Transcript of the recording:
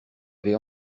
avait